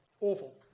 Awful